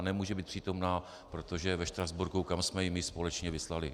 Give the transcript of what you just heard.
Nemůže být přítomna, protože je ve Štrasburku, kam jsme ji my společně vyslali.